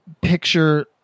picture